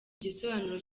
igisobanuro